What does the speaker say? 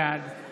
בעד